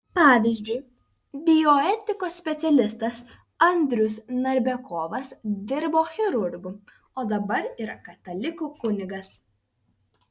pavyzdžiui bioetikos specialistas andrius narbekovas dirbo chirurgu o dabar yra katalikų kunigas